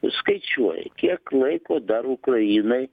skaičiuoja kiek laiko dar ukrainai